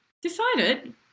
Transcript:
decided